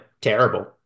terrible